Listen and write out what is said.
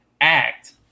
Act